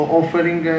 offering